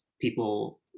people